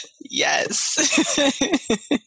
yes